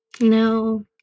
No